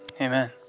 amen